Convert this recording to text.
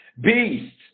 Beast